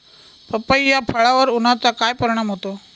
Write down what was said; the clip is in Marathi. पपई या फळावर उन्हाचा काय परिणाम होतो?